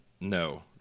No